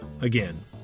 again